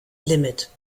limit